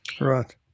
Right